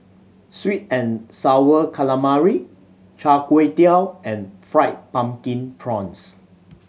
sweet and Sour Calamari Char Kway Teow and Fried Pumpkin Prawns